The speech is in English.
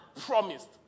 promised